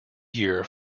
year